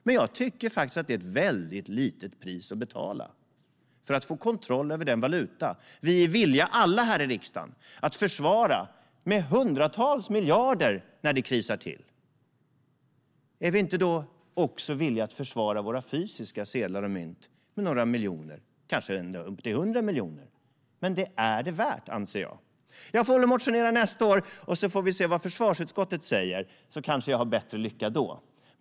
Det är ett litet pris att betala för att få kontroll över den valuta som vi alla i riksdagen är villiga att försvara med hundratals miljarder när det krisar. Bör vi då inte vara villiga att också försvara våra fysiska sedlar och mynt med några miljoner eller kanske upp till 100 miljoner? Det är det värt, anser jag. Jag får motionera nästa år igen, och då får vi se vad försvarsutskottet säger. Kanske har jag bättre lycka då.